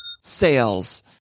sales